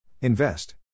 Invest